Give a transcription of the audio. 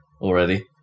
already